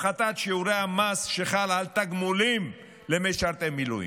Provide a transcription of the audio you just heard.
הפחתת שיעורי המס שחל על תגמולים למשרתי מילואים):